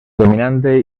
dominante